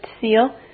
seal